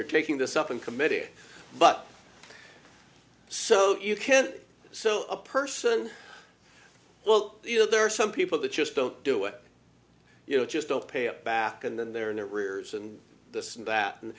were taking this up in committee but so you can so a person well you know there are some people that just don't do it you know just don't pay it back and then they're in a rears and this and that and